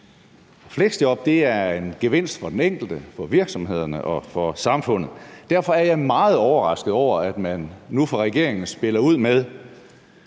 Fleksjob er en gevinst for den enkelte, for virksomhederne og for samfundet. Derfor er jeg meget overrasket over, at man nu fra regeringens side spiller ud med,